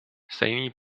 stejný